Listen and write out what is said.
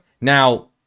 Now